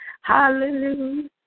Hallelujah